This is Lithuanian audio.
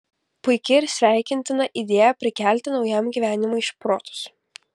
puiki ir sveikintina idėja prikelti naujam gyvenimui šprotus